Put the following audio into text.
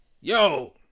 Yo